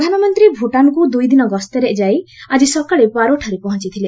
ପ୍ରଧାନମନ୍ତ୍ରୀ ଭୁଟାନ୍କୁ ଦୁଇ ଦିନ ଗସ୍ତରେ ଯାଇ ଆଜି ସକାଳେ ପାରୋଠାରେ ପହଞ୍ଚଥିଲେ